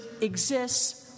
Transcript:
exists